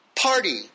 Party